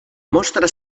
mostra